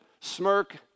smirk